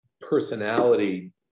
personality